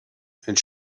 and